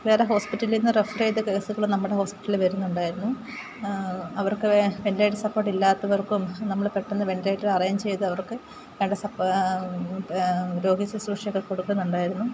വേറെ ഹോസ്പിറ്റലിൽ നിന്ന് റെഫർ ചെയ്ത കേസുകൾ നമ്മുടെ ഹോസ്പിറ്റലിൽ വരുന്നുണ്ടായിരുന്നു അവർക്ക് വെൻറ്റിലേറ്റർ സപ്പോർട്ട് ഇല്ലാത്തവർക്കും നമ്മൾ പെട്ടെന്നു വെൻറ്റിലേറ്റർ അറേഞ്ച് ചെയ്തവർക്ക് പല സപ്പാ രോഗി ശുശ്രൂഷയൊക്കെ കൊടുക്കുന്നുണ്ടായിരുന്നു